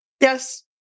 Yes